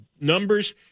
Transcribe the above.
numbers